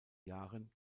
jahren